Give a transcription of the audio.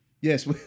Yes